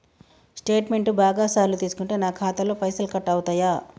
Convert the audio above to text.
Statement బాగా సార్లు తీసుకుంటే నాకు ఖాతాలో పైసలు కట్ అవుతయా?